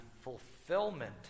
fulfillment